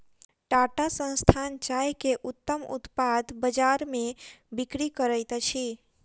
टाटा संस्थान चाय के उत्तम उत्पाद बजार में बिक्री करैत अछि